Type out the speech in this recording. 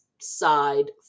side